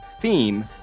theme